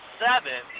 seven